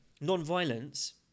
non-violence